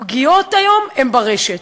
הפגיעות היום הן ברשת.